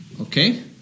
Okay